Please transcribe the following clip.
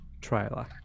trailer